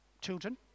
children